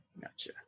Gotcha